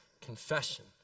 confession